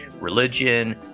religion